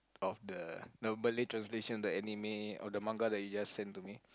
of the Malay translation the anime or manga that you just send to me